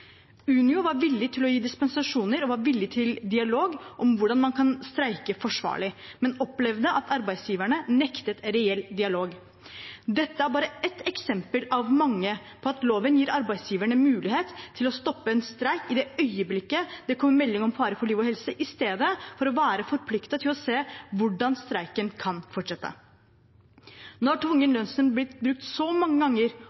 Unio var villig til å gi dispensasjoner og var villig til dialog om hvordan man kan streike forsvarlig, men opplevde at arbeidsgiverne nektet reell dialog. Dette er bare ett eksempel av mange på at loven gir arbeidsgiverne mulighet til å stoppe en streik i det øyeblikket det kommer melding om fare for liv og helse, i stedet for å være forpliktet til å se hvordan streiken kan fortsette. Nå er tvungen lønnsnemnd blitt brukt så mange ganger